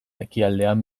ekialdean